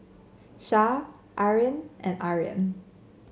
Shah Aryan and Aryan